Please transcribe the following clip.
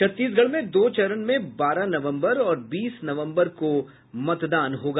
छत्तीसगढ़ में दो चरण में बारह नवंबर और बीस नवंबर को मतदान होगा